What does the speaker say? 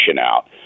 out